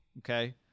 Okay